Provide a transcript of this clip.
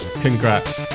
congrats